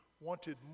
wanted